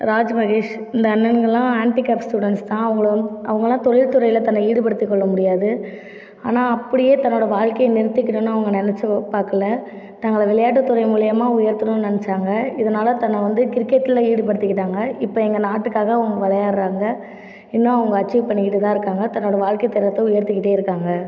ராஜ் மகேஷ் இந்த அண்ணனுங்கல்லாம் handicapped students தான் அவங்களை வந்து அவங்கெல்லாம் தொழில் துறையில் தன்னை ஈடுபடுத்திக்கொள்ள முடியாது ஆனால் அப்படியே தன்னோடய வாழ்க்கை நிறுத்திகனும்ன்னு அவங்க நினைத்து பார்க்கல தங்களை விளையாட்டு துறை மூலிமா உயர்த்தணும்ன்னு நினச்சாங்க இதனால் தன்னை வந்து கிரிக்கெட்டில் ஈடுபடுத்திக்கிட்டாங்க இப்போ எங்கள் நாட்டுக்காக அவங்க விளையாடுகிறாங்க இன்னும் அவங்க அச்சீவ் பண்ணிக்கிட்டு தான் இருக்காங்கள் தன்னுடைய வாழ்க்கை தரத்தை உயர்த்திக்கிட்டே இருக்காங்கள்